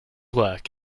work